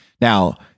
Now